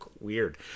weird